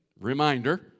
reminder